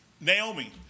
Naomi